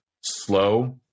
slow